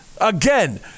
Again